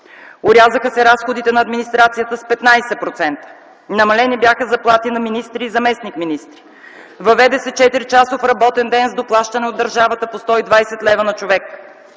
орязаха се разходите на администрацията с 15%; намалени бяха заплатите на министри и заместник-министри; въведе се 4-часов работен ден с доплащане от държавата по 120 лв. на човек;